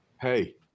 hey